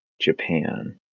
Japan